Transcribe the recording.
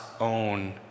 own